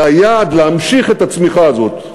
והיעד, להמשיך את הצמיחה הזאת,